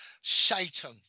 Satan